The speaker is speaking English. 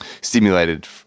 stimulated